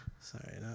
Sorry